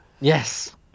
Yes